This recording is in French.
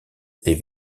les